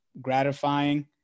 gratifying